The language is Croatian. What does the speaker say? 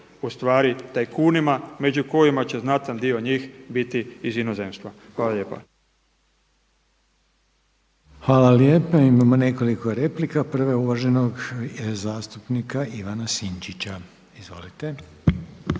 u stvari tajkunima među kojima će znatan dio njih biti iz inozemstva. Hvala lijepa. **Reiner, Željko (HDZ)** Hvala lijepa. Imamo nekoliko replika. Prva je uvaženog zastupnika Ivana Sinčića. Izvolite.